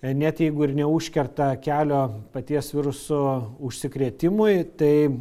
net jeigu ir neužkerta kelio paties viruso užsikrėtimui tai